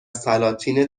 سلاطین